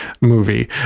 movie